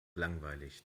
langweilig